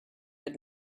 had